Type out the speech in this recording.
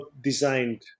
designed